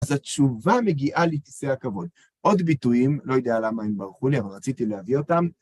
אז התשובה מגיעה לכסא הכבוד. עוד ביטויים, לא יודע למה הם ברחו לי, אבל רציתי להביא אותם.